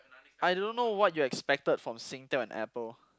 I don't know what you expected from Singtel and Apple